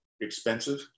expensive